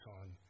on